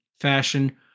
fashion